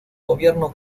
gobierno